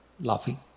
laughing